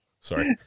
sorry